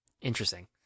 interesting